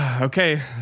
okay